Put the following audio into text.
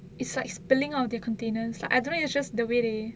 it's like spilling out of the containers I don't know is it just the way they